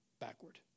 backward